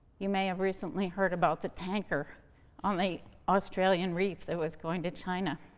you may have recently heard about the tanker on the australian reef that was going to china.